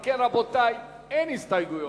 אם כן, רבותי, אין הסתייגויות.